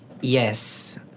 Yes